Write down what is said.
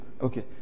Okay